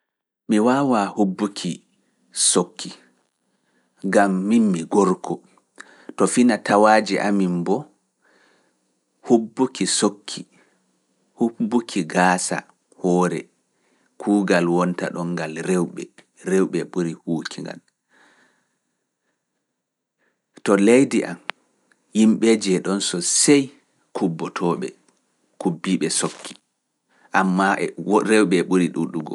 Mi waawaa hubbuki sokki, ngam min mi gorko, to fina tawaaji amin bo, hubbuki sokki, hubbuki gaasa, hoore, kuugal wonta ɗon ngal rewɓe, worbe ɗon sosey kubbotooɓe, kubbiiɓe sokki, ammaa rewɓe ɓuri ɗuuɗugo.